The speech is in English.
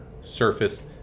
surface